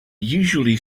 usually